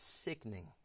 sickening